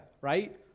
right